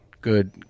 good